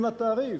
עם התעריף.